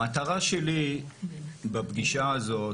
המטרה שלי בפגישה הזאת,